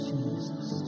Jesus